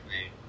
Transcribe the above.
name